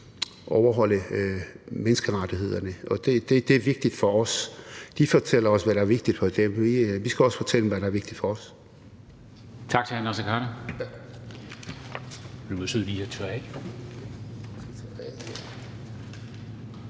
overholde menneskerettighederne, og det er vigtigt for os. De fortæller os, hvad der er vigtigt for dem. Vi skal også fortælle dem, hvad der er vigtigt for os.